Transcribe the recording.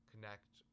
connect